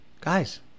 Guys